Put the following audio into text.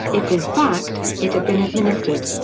if in fact, it had been administered.